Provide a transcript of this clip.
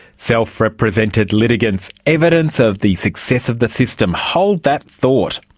self-represented litigants, evidence of the success of the system. hold that thought.